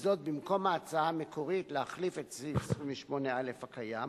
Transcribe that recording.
וזאת במקום ההצעה המקורית להחליף את סעיף 28א הקיים,